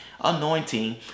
anointing